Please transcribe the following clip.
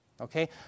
Okay